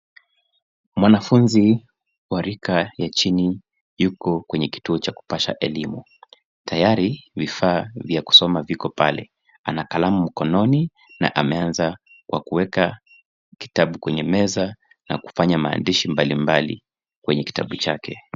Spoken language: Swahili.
Mwanafunzi wa rika ya chini yuko kwenye kituo cha kupasha elimu . Tayari vifaa vya kusoma viko pale ana kalamu mkononi na ameanza kwa kuweka kitabu kwenye meza na kufanya maandishi mbalimbali kwenye kitabu chake.